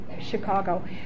Chicago